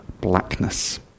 blackness